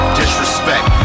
disrespect